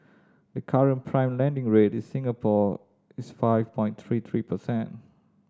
the current prime lending rate in Singapore is five point three three precent